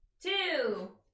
two